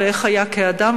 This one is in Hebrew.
ואיך היה כאדם,